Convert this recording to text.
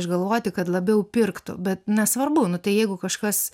išgalvoti kad labiau pirktų bet nesvarbu nu tai jeigu kažkas